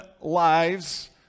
lives